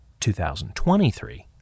2023